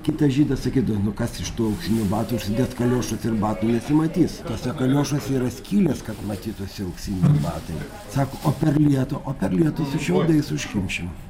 kitas žydas sakydavo nu kas iš tų auksinių batų užsidėk kaliošus ir batų nesimatys tuose kaliošuose yra skylės kad matytųsi auksiniai batai sako o per lietų o per lietų su šiaudais užkimšim